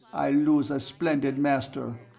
i lose a splendid master,